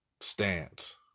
stance